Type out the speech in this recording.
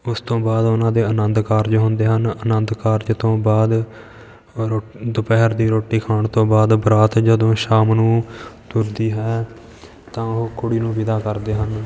ਉਸ ਤੋਂ ਬਾਅਦ ਉਹਨਾਂ ਦੇ ਆਨੰਦ ਕਾਰਜ ਹੁੰਦੇ ਹਨ ਆਨੰਦ ਕਾਰਜ ਤੋਂ ਬਾਅਦ ਰੋ ਦੁਪਹਿਰ ਦੀ ਰੋਟੀ ਖਾਣ ਤੋਂ ਬਾਅਦ ਬਰਾਤ ਜਦੋਂ ਸ਼ਾਮ ਨੂੰ ਤੁਰਦੀ ਹੈ ਤਾਂ ਉਹ ਕੁੜੀ ਨੂੰ ਵਿਦਾ ਕਰਦੇ ਹਨ